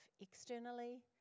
externally